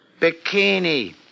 Bikini